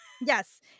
Yes